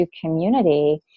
community